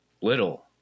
Little